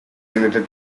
related